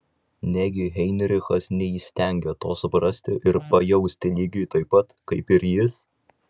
negi heinrichas neįstengia to suprasti ir pajausti lygiai taip pat kaip ir jis